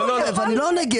אני לא נגד.